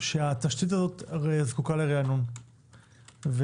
שהתשתית הזו זקוקה לריענון,